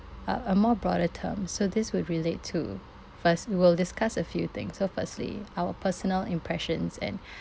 a a more broader term so this would relate to first we will discuss a few things so firstly our personal impressions and